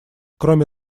кроме